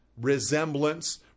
resemblance